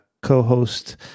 co-host